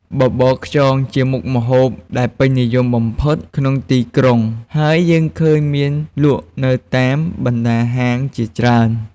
បបរខ្យងជាមុខម្ហូបដែលពេញនិយមបំផុតក្នុងទីក្រុង ហើយយើងឃើញមានលក់នៅតាមបណ្តាហាងជាច្រើន។